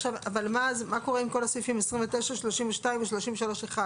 אבל מה קורה עם כל הסעיפים, 29, 32 ו-33(1),